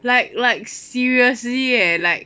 like like seriously eh like